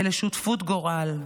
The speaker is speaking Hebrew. לשותפות גורל.